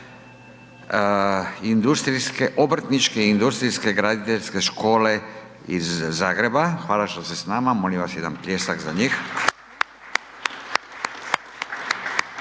Obrtničko industrijske graditeljske škole iz Zagreba. Hvala što ste s nama. Molim vas jedan pljesak za njih.